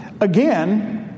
Again